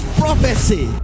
prophecy